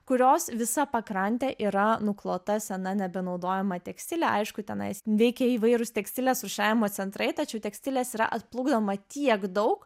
kurios visa pakrantė yra nuklota sena nebenaudojama tekstile aišku tenais veikia įvairūs tekstilės rūšiavimo centrai tačiau tekstilės yra atplukdoma tiek daug